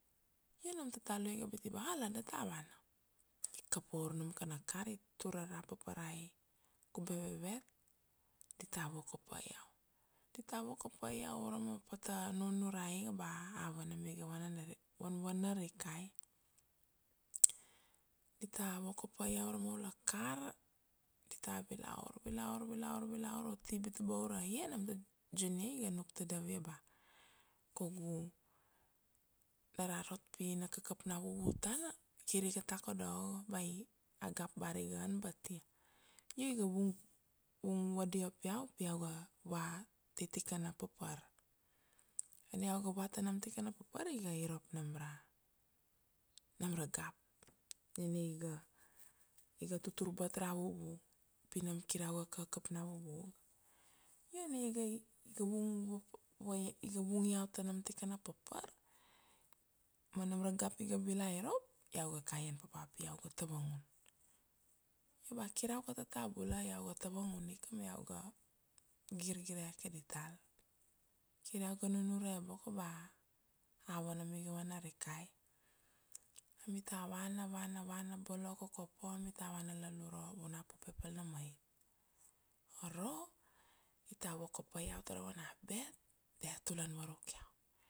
io nam Tatalu iga biti ba ala data vana, i kap vaur nam kana kar, itur ara paparai kube vevet, dita voko pa iau, dita voko pa iau urama pata nunurai iga ba ava nam vanvana rikai. Dita voko pa iau urama ula kar, dita vilaur, vilaur, vilaur, vilaur uti Bitabaur aia, nam To Junior iga nuk tadav ia ba kaugu, na ra rot pi na kakap na vuvu tana kir iga takodo ogo, ba i, agap bar iga an bat ia. Io iga vung, vung vadiap iau pi iau ga va tai tikana papar. Io ania iau ga va ta nam tikana papar iga irop nam ra, nam ra gap, nina iga, iga tutur bat ra vuvu, pi nam kir iau ga kakap na vuvu ga. Io ania iga iga vung iau ta nam tikana papar ma nam ra gap iga vila irop, iau ga kaian papa pi iau ga tavangun, io ba kir iau ga tata bula, iau ga tavangun ika ma iau ga girgire ke dital, kir iau ga nunure boko ba ava nam iga vana rikai. Amita vana, vana, vana bolo Kokopo, amita vana lalu uro Vunapope pal na mait. Aro dita voko pa iau tara vana bet, dia tulan varuk iau